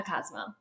Cosmo